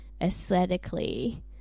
aesthetically